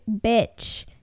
bitch